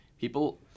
People